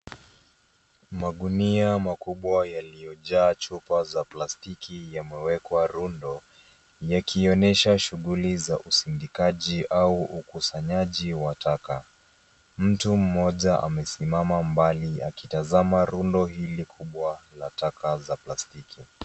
Magunia makubwa yaliyojaa chupa za plastiki yamewekwa rundo, yakionesha shughuli za usindikaji au ukusanyaji wa taka. Mtu mmoja amesimama mbali akitazama rundo hili kubwa la taka za plastiki.